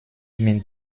mit